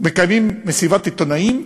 מקיימים מסיבת עיתונאים,